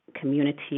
community